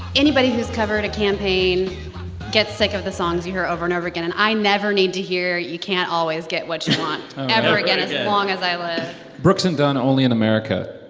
anybody who's covered a campaign gets sick of the songs you hear over and over again. and i never need to hear you can't always get what you want ever again, as long as i live brooks and dunn, only in america.